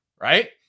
Right